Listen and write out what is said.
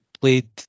played